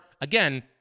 again